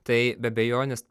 tai be abejonės